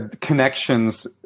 connections